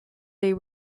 they